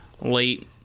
late